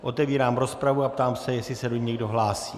Otevírám rozpravu a ptám se, jestli se do ní někdo hlásí.